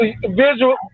visual